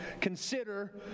consider